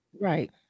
Right